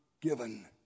given